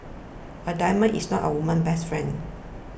a diamond is not a woman's best friend